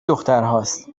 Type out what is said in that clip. دخترهاست